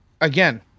again